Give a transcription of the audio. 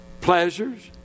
pleasures